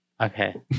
okay